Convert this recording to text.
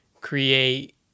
create